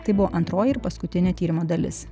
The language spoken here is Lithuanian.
tai buvo antroji ir paskutinė tyrimo dalis